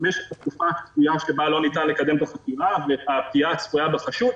משך התקופה הצפויה שבה לא ניתן לקדם את החקירה והפגיעה הצפויה בחשוד.